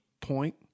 point